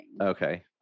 okay